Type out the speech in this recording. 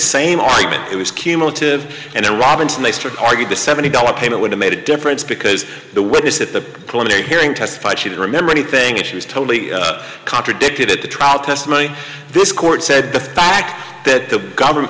same argument it was cumulative and robinson they struck argued the seventy dollars payment would have made a difference because the witness at the preliminary hearing testified she didn't remember anything and she was totally contradicted at the trial testimony this court said the fact that the government